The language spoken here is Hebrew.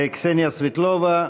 קסניה סבטלובה,